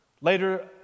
Later